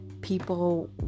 People